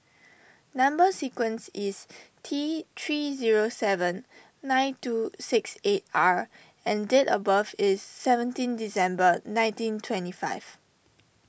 Number Sequence is T three zero seven nine two six eight R and date of birth is seventeen December nineteen twenty five